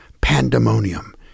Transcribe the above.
pandemonium